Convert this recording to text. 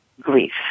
grief